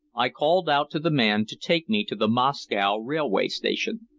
i called out to the man to take me to the moscow railway station,